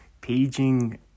paging